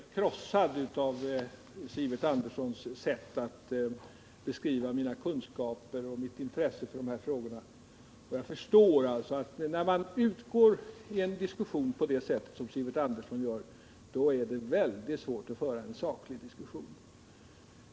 Herr talman! Jag känner mig naturligtvis helt krossad av Sivert Anderssons sätt att beskriva mina kunskaper i och mitt intresse för dessa frågor. När man i en diskussion går ut på det sätt som Sivert Andersson gjorde är det oerhört svårt att föra en saklig debatt.